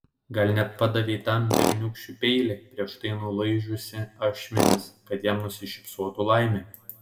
gal net padavei tam berniūkščiui peilį prieš tai nulaižiusi ašmenis kad jam nusišypsotų laimė